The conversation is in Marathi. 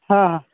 हां हां